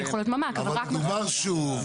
יכול להיות ממ"ק אבל רק מרחב מוגן.